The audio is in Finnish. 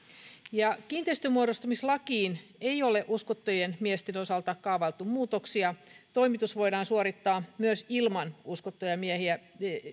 kiinteistönmuodostamislakiin ei ole uskottujen miesten osalta kaavailtu muutoksia toimitus voidaan suorittaa myös ilman uskottuja miehiä